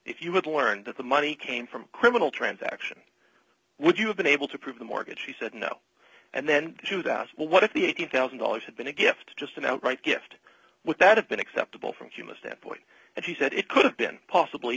if you had learned that the money came from criminal transaction would you have been able to prove the mortgage he said no and then to that well what if the eighty thousand dollars had been a gift just an outright gift with that have been acceptable from human standpoint and he said it could have been possibly